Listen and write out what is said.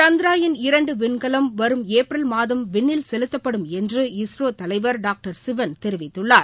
சந்த்ரயான் இரண்டு விண்கலம் வரும் ஏப்ரல் மாதம் விண்ணில் செலுத்தப்படும் என்று இஸ்ரோ தலைவா டாக்டர் சிவன் தெரிவித்துள்ளார்